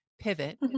Pivot